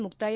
ಮುಕ್ತಾಯ